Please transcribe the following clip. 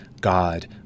God